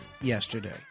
yesterday